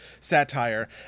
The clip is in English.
satire